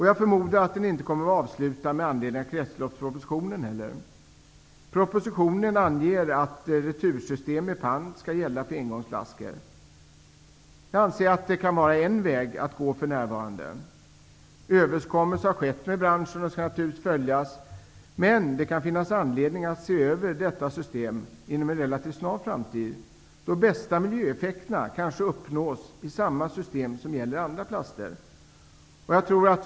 Jag förmodar att den inte heller kommer att vara avslutad med anledning av kretsloppspropositionen. Propositionen anger att retursystem med pant skall gälla för engångsflaskor. Jag anser att detta för närvarande kan vara en väg att gå. Överenskommelser har skett med branschen och skall naturligtvis följas. Men det kan finnas anledning att se över detta system inom en relativt snar framtid, då de bästa miljöeffekterna kanske kan uppnås i samma system som gäller för andra plaster.